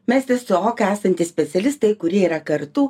mes tiesiog esantys specialistai kurie yra kartu